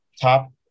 top